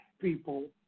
people